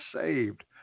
saved